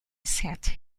set